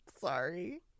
Sorry